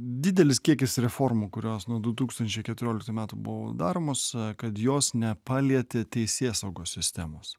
didelis kiekis reformų kurios nuo du tūkstančiai keturioliktų metų buvo daromos kad jos nepalietė teisėsaugos sistemos